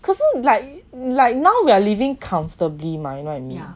可是 like like now we are living comfortably mah right